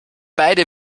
beide